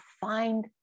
find